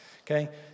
Okay